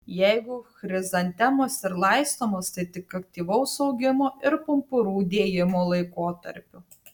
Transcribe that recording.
jeigu chrizantemos ir laistomos tai tik aktyvaus augimo ir pumpurų dėjimo laikotarpiu